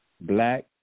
black